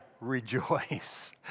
rejoice